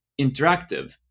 interactive